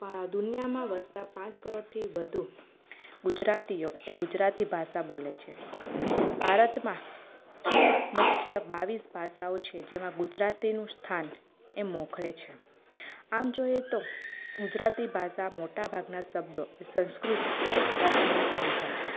આ દુનિયામાં વસતા પાંચ કરોડથી વધુ ગુજરાતીઓ ગુજરાતી ભાષા બોલે છે ભારતમાં મુખ્ય બાવીસ ભાષાઓ છે જેમાં ગુજરાતીનું સ્થાન એ મોખરે છે આમ જોઈએ તો ગુજરાતી ભાષામાં મોટા ભાગના શબ્દો સંસ્કૃત ભાષામાંથી લીધાં છે